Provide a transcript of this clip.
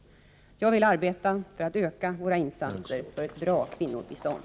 Jag vill arbeta för att öka våra insatser för ett bra kvinnobistånd.